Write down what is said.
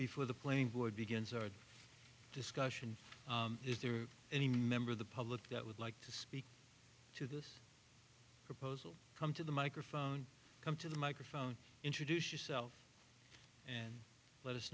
before the playing board begins our discussion is there any member of the public that would like to speak proposal come to the microphone come to the microphone introduce yourself and let us